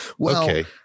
Okay